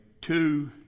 two